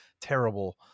terrible